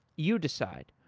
you decide.